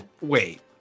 wait